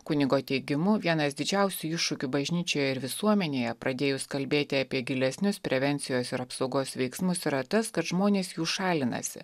kunigo teigimu vienas didžiausių iššūkių bažnyčioje ir visuomenėje pradėjus kalbėti apie gilesnius prevencijos ir apsaugos veiksmus yra tas kad žmonės jų šalinasi